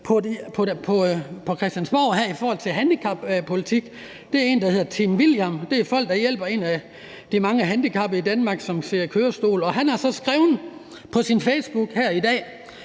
på Christiansborg i forhold til handicappolitik. Det er en, der hedder Team William, som er en af de mange handicappede i Danmark, som sidder i kørestol og får hjælp, og han har så skrevet på Facebook her i dag: